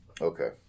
Okay